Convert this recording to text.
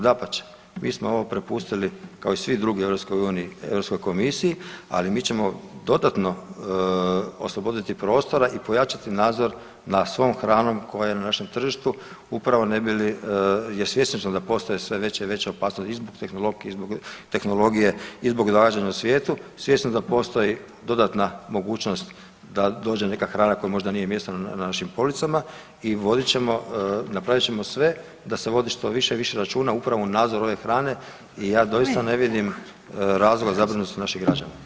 Dapače, mi smo ovo prepustili kao i svi drugi u EU Europskoj komisiji, ali mi ćemo dodatno osloboditi prostora i pojačati nadzor nad svom hranom koja je na našem tržištu upravo ne bi li, jer svjesni smo da postoje sve veće i veće opasnosti i zbog tehnologije i zbog …/nerazumljivo/… u svijetu, svjesni da postoji dodatna mogućnost da dođe neka hrana kojoj možda nije mjesto na našim policama i vodit ćemo, napravit ćemo sve da se vodi što više i više računa upravo u nadzoru ove hrane i ja doista ne vidim razloga zabrinutosti naših građana.